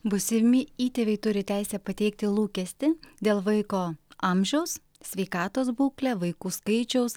būsimi įtėviai turi teisę pateikti lūkestį dėl vaiko amžiaus sveikatos būklė vaikų skaičiaus